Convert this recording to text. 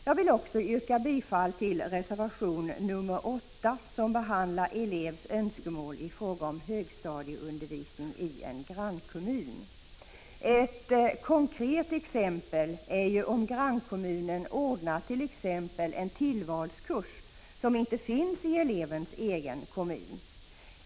Jag vill också yrka bifall till reservation 8, som behandlar elevs önskemål i fråga om högstadieundervisning i en grannkommun. Ett konkret exempel är att grannkommunen anordnar en tillvalskurs som inte finns i elevens egen kommun.